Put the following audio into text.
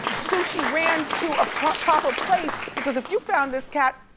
sushi ran to a proper proper place because if you found this cat,